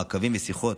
מעקבים ושיחות.